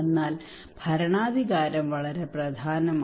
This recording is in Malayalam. എന്നാൽ ഭരണാധികാരം വളരെ പ്രധാനമാണ്